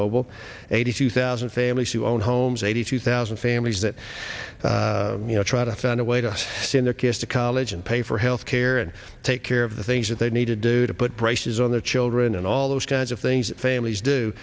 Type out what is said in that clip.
mobil eighty two thousand families who own homes eighty two thousand families that you know try to find a way to send their kids to college and pay for health care and take care of the things that they need to do to put this is on the children and all those kinds of things that families do